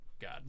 God